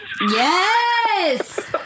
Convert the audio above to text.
Yes